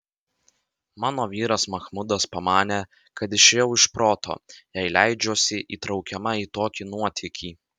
mano vyras machmudas pamanė kad išėjau iš proto jei leidžiuosi įtraukiama į tokį nuotykį